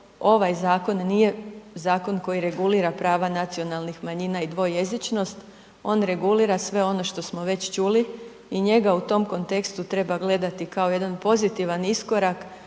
Ovaj zakon nije zakon koji regulira prava nacionalnih manjina i dvojezičnost on regulira sve ono što smo već čuli i njega u tom kontekstu treba gledati kao jedan pozitivan iskorak